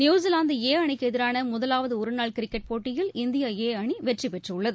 New Zealand A அணிக்கு எதிரான முதலாவது ஒரு நாள் கிரிக்கெட் போட்டியில் இந்தியா ஏ அணி வெற்றிபெற்றுள்ளது